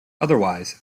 otherwise